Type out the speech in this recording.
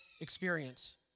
experience